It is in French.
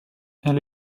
elle